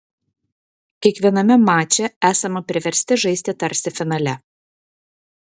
kiekviename mače esame priversti žaisti tarsi finale